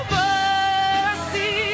mercy